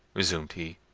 resumed he.